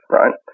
right